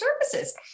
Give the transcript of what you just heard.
services